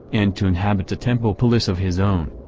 and to inhabit a templepalace of his own.